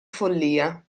follia